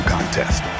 Contest